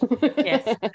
Yes